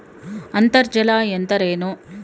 ಅಂತರ್ಜಲ ಎಂದರೇನು?